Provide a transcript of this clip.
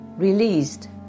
Released